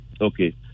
Okay